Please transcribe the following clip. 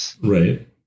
Right